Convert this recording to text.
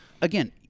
Again